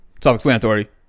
self-explanatory